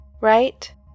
right